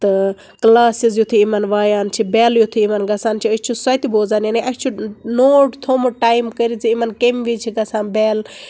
تہِ کٕلاسِز یِتھُے یِمن وایان چھِ بیل یِتھُے یِمن گژھان چھِ أسۍ چھِ سۄ تہِ بوزان یعنے اسہِ چھُ نوٹ تھومُت ٹایِم کرِتھ زِ یِمن کمہِ وِزِ چھِ گژھان بیل